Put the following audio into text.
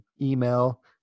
email